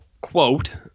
quote